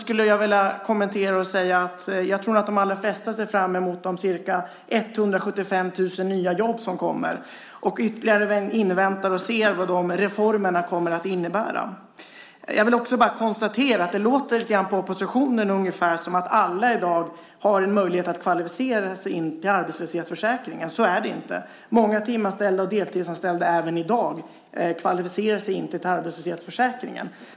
Nu i juletid tror jag att de allra flesta ser fram emot de ca 175 000 nya jobb som kommer och ytterligare inväntar och ser vad reformerna kommer att innebära. På oppositionen låter det ungefär som att alla i dag har en möjlighet att kvalificera sig för att omfattas av arbetslöshetsförsäkringen. Så är det inte. Många tim och deltidsanställda kvalificerar sig inte heller i dag för arbetslöshetsförsäkringen.